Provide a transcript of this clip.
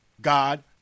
God